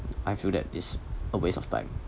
I feel that it's a waste of time